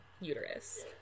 uterus